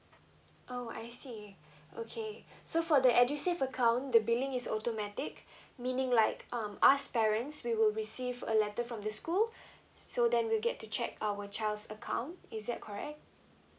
oh I see okay so for the edusave account the billing is automatic meaning like um us parents we will receive a letter from the school so then we'll get to check our child's account is that correct